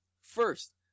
First